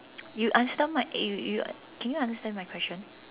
you understand mine you you can you understand my question